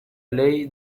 ley